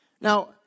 Now